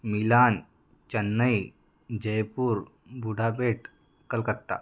Milan Chennai Jaipur Budapest Calcutta